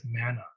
manner